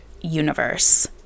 universe